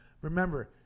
Remember